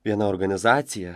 viena organizacija